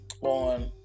on